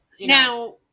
now